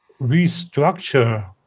restructure